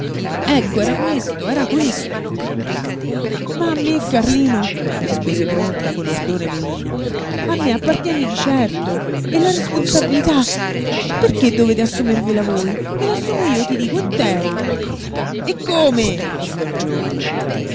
ecco era questo era questo ma a me carlino rispose pronta con ardore melina a me appartiene di certo e la responsabilità perché dovete assumervela voi me l'assumo io ti dico intera e come gridò il giovine